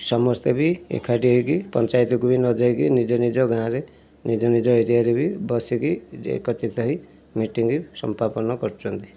ସମସ୍ତେ ବି ଏକାଠି ହୋଇକି ପଞ୍ଚାୟତକୁ ବି ନ ଯାଇକି ନିଜ ନିଜ ଗାଁରେ ନିଜ ନିଜ ଏରିଆରେ ବି ବସିକି ଏକତ୍ରିତ ହୋଇ ମିଟିଙ୍ଗ୍ ସମାପନ କରୁଛନ୍ତି